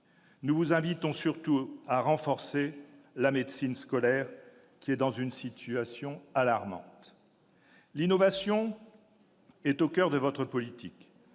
Nous vous invitons surtout à renforcer la médecine scolaire, qui est dans une situation alarmante. L'innovation est au coeur de votre politique